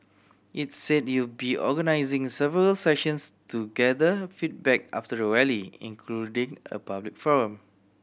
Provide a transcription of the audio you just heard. it said it will be organising several sessions to gather feedback after the Rally including a public forum